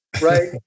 right